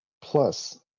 plus